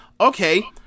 Okay